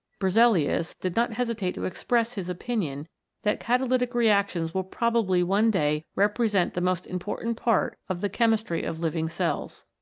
berzelius did not hesitate to express his opinion that catalytic reactions will probably one day represent the most im portant part of the chemistry of living cells.